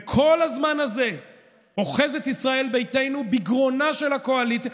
וכל הזמן הזה אוחזת ישראל ביתנו בגרונה של הקואליציה,